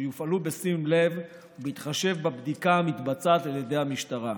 שיופעלו בשים לב ובהתחשב בבדיקה המתבצעת על ידי המשטרה.